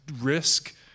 risk